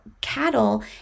cattle